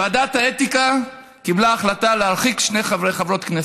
ועדת האתיקה קיבלה החלטה להרחיק שתי חברות כנסת.